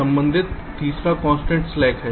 संबंधित तीसरा constraints slack है